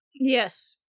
Yes